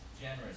generous